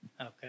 Okay